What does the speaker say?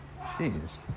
Jeez